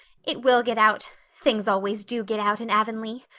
it will get out things always do get out in avonlea.